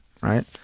right